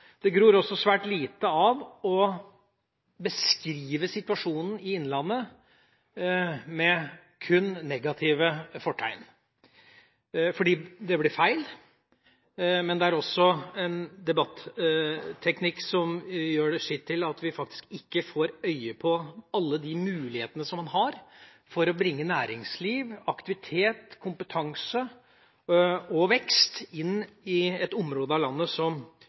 Det gror også svært lite av å beskrive situasjonen i Innlandet med kun negative fortegn, fordi dette blir feil. Det er også en debatteknikk som gjør sitt til at man ikke får øye på alle de mulighetene man har for å bringe næringsliv, aktivitet, kompetanse og vekst inn i et område av landet som trenger mer av det. La meg dvele litt ved noen av de utfordringene som